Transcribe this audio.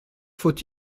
faut